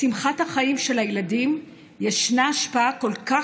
לשמחת החיים של הילדים ישנה השפעה כל כך